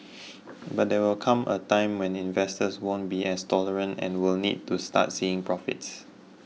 but there will come a time when investors won't be as tolerant and will need to start seeing profits